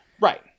Right